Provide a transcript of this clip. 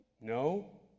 No